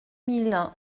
mille